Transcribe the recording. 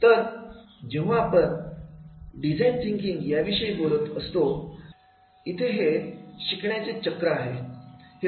तर जेव्हा आपण डिझाईन थिंकिंग विषयी बोलत असतो इथे हे शिकण्याचे चक्र आहे